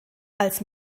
als